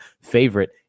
favorite